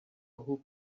who